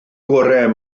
gorau